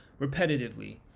repetitively